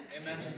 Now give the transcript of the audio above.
Amen